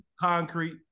concrete